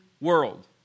world